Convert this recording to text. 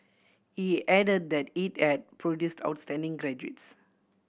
he add that it had produced outstanding graduates